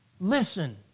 listen